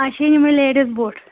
اَسہ چِھ ہیٚنۍ یِمہٕ لیڈیٖز بوٗٹھ